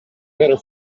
better